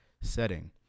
setting